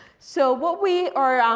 so what we are, um